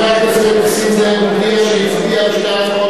חבר הכנסת נסים זאב מודיע שהצביע בשתי ההצעות